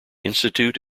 institute